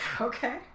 Okay